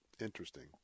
Interesting